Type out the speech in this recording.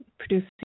Producing